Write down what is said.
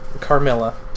Carmilla